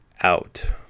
out